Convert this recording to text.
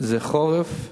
זה חורף.